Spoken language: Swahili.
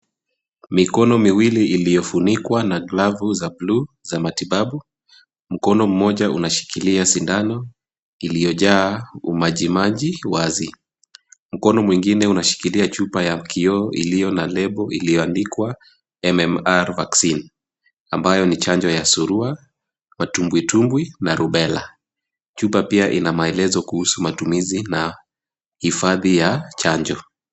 Mikono miwili iliyofunikwa na glavu za bluu za matibabu. Mkono mmoja unashikilia sindano iliyojaa umajimaji wazi. Mkono mwingine unashikilia chupa ya kioo iliyo na (cs) lebo (cs) iliyoandikwa (cs) MMR VACCINE(cs), ambayo ni chanjo ya surua, matumbwitumbwi na (cs) rubella (cs). Chupa pia ina maelezo kuhusu matumizi na hifadhi ya chanjo.